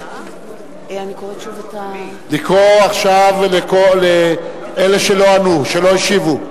לקרוא עכשיו לאלה שלא השיבו.